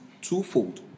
twofold